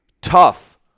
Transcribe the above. tough